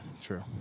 True